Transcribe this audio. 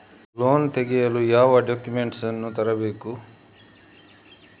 Loan ತೆಗೆಯಲು ಯಾವ documents ಅನ್ನು ತರಬೇಕು?